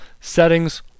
settings